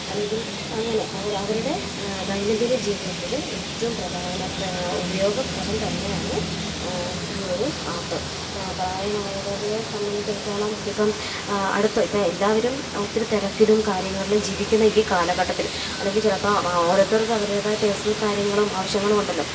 അല്ലെങ്കിൽ അങ്ങനെ അവർ അവരുടെ ദൈനം ദിന ജീവിതത്തിൽ ഏറ്റവും പ്രധാനപ്പെട്ട ഉപയോഗപ്രദം തന്നെയാണ് ഈ ഒരു ആപ്പ് പ്രായമായവരെ സംബന്ധിച്ചിടത്തോളം ഇപ്പം അടുത്ത് ഇപ്പോൾ എല്ലാവരും ഒത്തിരി തിരക്കിലും കാര്യങ്ങളിലും ജീവിക്കുന്ന ഈ കാലഘട്ടത്തിൽ അല്ലെങ്കിൽ ചിലപ്പം ഓരോരുത്തർക്കും അവരുടെതായ പേഴ്സണൽ കാര്യങ്ങളും ആവശ്യങ്ങളും ഉണ്ടല്ലോ